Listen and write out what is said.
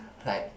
like